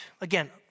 Again